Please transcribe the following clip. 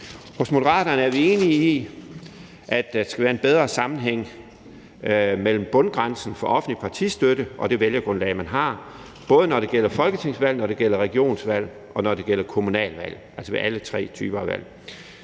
Hos Moderaterne er vi enige i, at der skal være en bedre sammenhæng mellem bundgrænsen for offentlig partistøtte og det vælgergrundlag, man har, både når det gælder folketingsvalg, når det gælder regionsvalg, og når det gælder kommunalvalg – altså alle tre typer af valg.